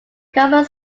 common